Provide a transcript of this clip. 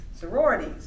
sororities